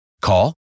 Call